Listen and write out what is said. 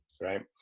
right